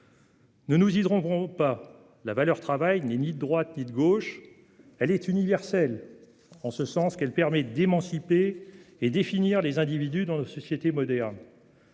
Ne nous y trompons pas, la valeur travail n'est ni de droite ni de gauche : elle est universelle, en ce qu'elle permet d'émanciper et de définir les individus dans nos sociétés modernes.